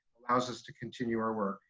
allows us to continue our work.